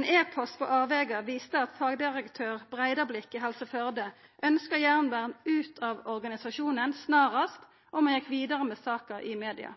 Ein e-post på avvegar viste at fagdirektør Breidablikk i Helse Førde ønskte Järnbert «ut av organisasjonen snarast» om han gjekk vidare med saka i media.